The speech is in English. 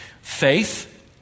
faith